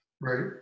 Right